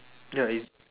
ya it